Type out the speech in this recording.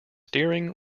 steering